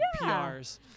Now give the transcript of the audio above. prs